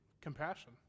compassion